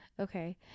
Okay